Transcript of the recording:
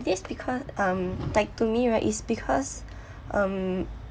this because um like to me right is because um